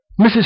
Mrs